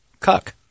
Cuck